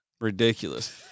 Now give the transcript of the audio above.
Ridiculous